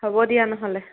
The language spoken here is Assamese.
হ'ব দিয়া নহ'লে